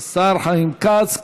השר חיים כץ.